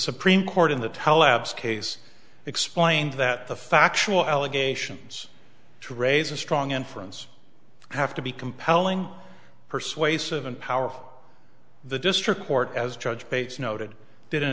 supreme court in the tel apps case explained that the factual allegations to raise a strong inference have to be compelling persuasive and powerful the district court as judge bates noted did